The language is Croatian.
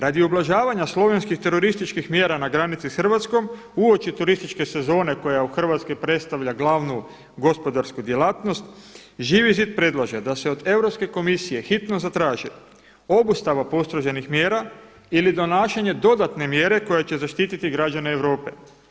Radi ublažavanja slovenskih terorističkih mjera na granici s Hrvatskom uoči turističke sezone koja je u Hrvatskoj predstavlja glavnu gospodarsku djelatnost, Živi zid predlaže da se od Europske komisije hitno zatraži obustava postroženih mjera ili donašanje dodatne mjere koja će zaštititi građane Europe.